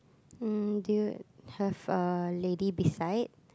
um do you have a lady beside